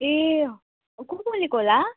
ए को बोलेको होला